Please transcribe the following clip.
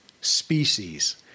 species